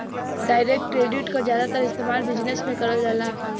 direct credit क जादातर इस्तेमाल बिजनेस में करल जाला